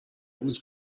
was